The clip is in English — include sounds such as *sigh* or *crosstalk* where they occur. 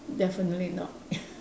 definitely not *laughs*